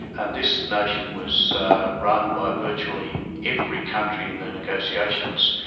and this notion was run by virtually every country in the negotiations.